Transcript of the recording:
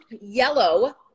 yellow